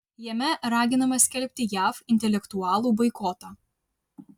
jame raginama skelbti jav intelektualų boikotą